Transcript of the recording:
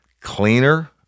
cleaner